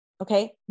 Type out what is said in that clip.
Okay